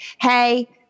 hey